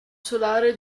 solare